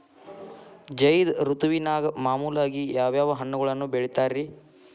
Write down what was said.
ಝೈದ್ ಋತುವಿನಾಗ ಮಾಮೂಲಾಗಿ ಯಾವ್ಯಾವ ಹಣ್ಣುಗಳನ್ನ ಬೆಳಿತಾರ ರೇ?